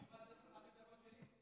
אני מוכן לתת לך חמש דקות שלי.